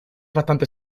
bastante